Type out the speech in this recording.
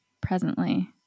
presently